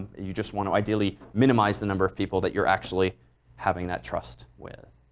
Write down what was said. you just want to ideally minimize the number of people that you're actually having that trust with.